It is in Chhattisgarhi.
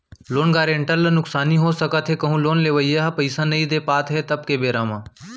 लोन गारेंटर ल नुकसानी हो सकथे कहूँ लोन लेवइया ह पइसा नइ दे पात हे तब के बेरा म